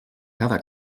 cada